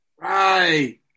right